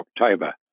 October